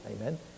Amen